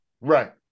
right